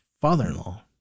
father-in-law